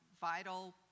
vital